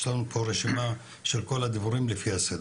יש לנו פה רשימה של כל הדוברים לפי הסדר.